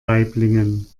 waiblingen